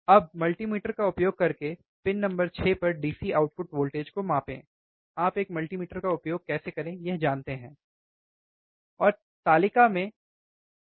अब मल्टीमीटर का उपयोग करके पिन 6 पर DC आउटपुट वोल्टेज को मापें आप एक मल्टीमीटर का उपयोग कैसे करें यह जानते हैं और तालिका में परिणाम रिकॉर्ड करें